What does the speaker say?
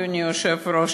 אדוני היושב-ראש,